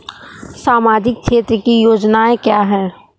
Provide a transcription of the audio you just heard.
सामाजिक क्षेत्र की योजनाएँ क्या हैं?